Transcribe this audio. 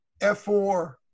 F4